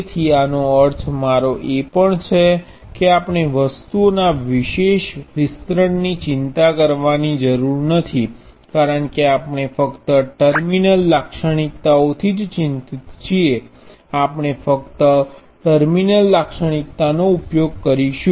તેથી આનો અર્થ મારો એ પણ છે કે આપણે વસ્તુઓના વિશેષ વિસ્તરણની ચિંતા કરવાની નથી કારણ કે આપણે ફક્ત ટર્મિનલ લાક્ષણિકતાઓથી જ ચિંતિત છીએ આપણે ફક્ત ટર્મિનલ લાક્ષણિકતા નો ઉપયોગ કરીશું